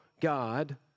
God